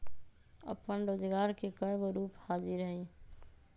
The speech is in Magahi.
अप्पन रोजगार के कयगो रूप हाजिर हइ